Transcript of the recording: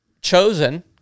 chosen